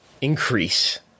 increase